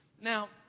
Now